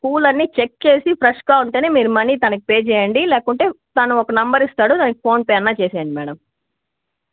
పూలన్నీ చెక్ చేసి ఫ్రెష్గా ఉంటేనే మీరు మనీ తనకి పే చేయండి లేకుంటే తను ఒక నంబర్ ఇస్తాడు ఫోన్పే అయినా చేసేయండి మేడం